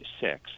six